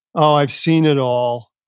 i've seen it all.